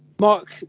Mark